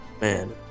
Man